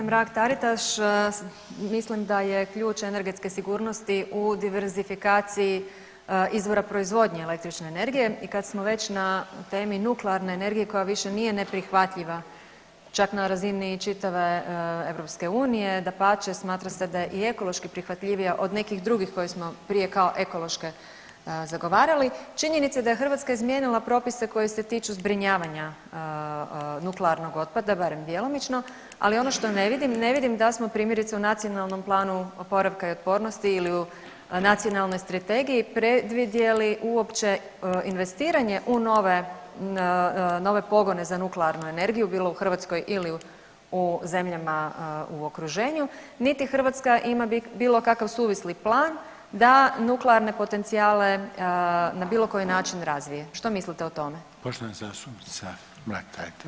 Kolegice Mrak-Taritaš, mislim da je ključ energetske sigurnosti u diversifikaciji izvora proizvodnje električne energije i kad smo već na temi nuklearne energije koja više nije neprihvatljiva čak na razini čitave EU dapače smatra se da je i ekološki prihvatljivija od nekih drugih koje smo prije kao ekološke zagovarale činjenica da je Hrvatska izmijenila propise koji se tiču zbrinjavanja nuklearnog otpada barem djelomično, ali ono što ne vidim, ne vidim da smo primjerice u NPOO-u ili u Nacionalnoj strategiji predvidjeli uopće investiranje u nove, nove pogone za nuklearnu energiju bilo u Hrvatskoj ili u zemljama u okruženju, niti Hrvatska ima bilo kakav suvisli plan da nuklearne potencijale na bilo koji način razvije, što mislite o tome?